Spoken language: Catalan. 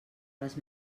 les